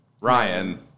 Ryan